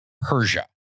Persia